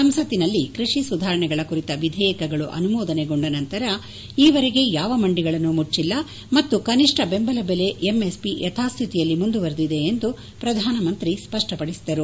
ಸಂಸತ್ತಿನಲ್ಲಿ ಕೃಷಿ ಸುಧಾರಣೆಗಳ ಕುರಿತ ವಿಧೇಯಕಗಳು ಅನುಮೋದನೆಗೊಂಡ ನಂತರ ಈವರೆಗೆ ಯಾವ ಮಂಡಿಗಳನ್ನೂ ಮುಚ್ಚಿಲ್ಲ ಮತ್ತು ಕನಿಷ್ಠ ಬೆಂಬಲ ಬೆಲೆ ಎಂಎಸ್ಪಿ ಯಥಾಸ್ತಿತಿಯಲ್ಲಿ ಮುಂದುವರೆದಿದೆ ಎಂದು ಪ್ರಧಾನಮಂತ್ರಿ ಸ್ಲ ಷ್ಲ ಪದಿಸಿದರು